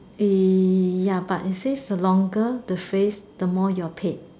ya but it says the longer the phrase the more you're paid